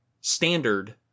standard